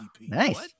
nice